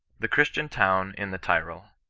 the christian town in the tyrol.